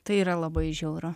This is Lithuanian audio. tai yra labai žiauru